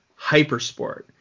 Hypersport